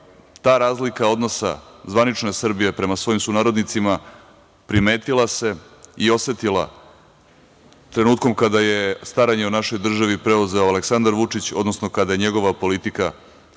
ta razlika odnosa zvanično je Srbija prema svojim sunarodnicima primetila se i osetila trenutkom kada je staranje o našoj državi preuzeo Aleksandar Vučić, odnosno kada je njegova politika